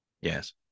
yes